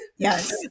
Yes